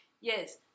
Yes